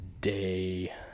day